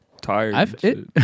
tired